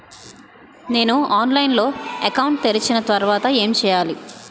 నేను ఆన్లైన్ లో అకౌంట్ తెరిచిన తర్వాత ఏం చేయాలి?